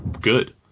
good